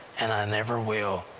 and i never will.